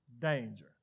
danger